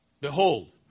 Behold